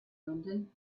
london